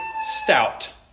stout